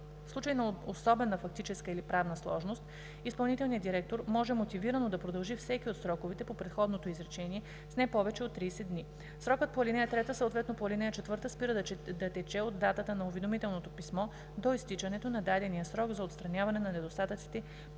В случай на особена фактическа или правна сложност изпълнителният директор може мотивирано да продължи всеки от сроковете по предходното изречение с не повече от 30 дни. Срокът по ал. 3, съответно по ал. 4 спира да тече от датата на уведомителното писмо до изтичането на дадения срок за отстраняване на недостатъците